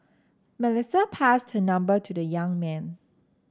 Melissa passed her number to the young man